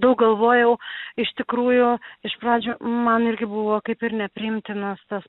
daug galvojau iš tikrųjų iš pradžių man irgi buvo kaip ir nepriimtinas tas